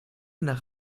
nach